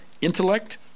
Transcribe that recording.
intellect